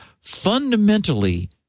fundamentally